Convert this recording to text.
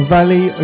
Valley